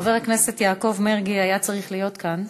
חבר הכנסת יעקב מרגי היה צריך להיות כאן,